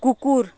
কুকুর